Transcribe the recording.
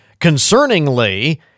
Concerningly